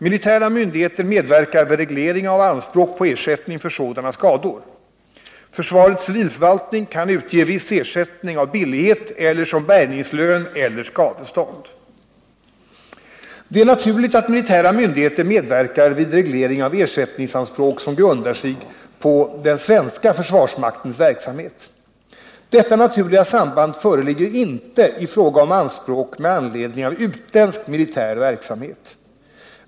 Militära myndigheter medverkar vid reglering av anspråk på ersättning för sådana skador. Försvarets civilförvaltning kan utge viss ersättning av billighet eller som bärgningslön eller skadestånd. Det är naturligt att militära myndigheter medverkar vid reglering av ersättningsanspråk, som grundar sig på den svenska försvarsmaktens verksamhet. Detta naturliga samband föreligger inte i fråga om anspråk med anledning av utländsk militär verksamhet.